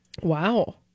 Wow